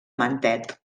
mentet